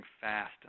fast